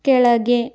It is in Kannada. ಕೆಳಗೆ